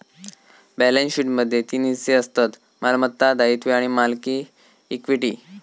balance शीटमध्ये तीन हिस्से असतत मालमत्ता, दायित्वे आणि मालकी इक्विटी